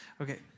Okay